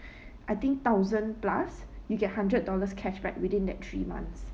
I think thousand plus you get hundred dollars cashback within that three months